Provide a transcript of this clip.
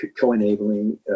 co-enabling